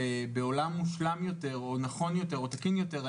בעולם מושלם יותר או נכון יותר או תקין יותר,